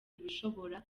ibishobora